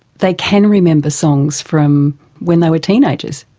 they can remember songs from when they were teenagers.